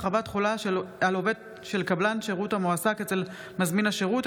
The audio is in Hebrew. הרחבת תחולה על עובד של קבלן שירות המועסק אצל מזמין השירות),